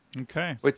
Okay